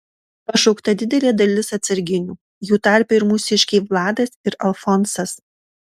pašaukta didelė dalis atsarginių jų tarpe ir mūsiškiai vladas ir alfonsas